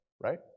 right